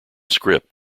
script